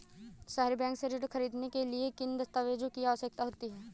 सहरी बैंक से ऋण ख़रीदने के लिए किन दस्तावेजों की आवश्यकता होती है?